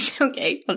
Okay